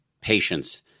patience